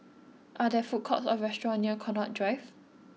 are there food courts or restaurants near Connaught Drive